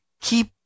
keep